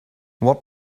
what